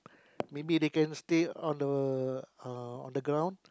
maybe they can stay on the uh on the ground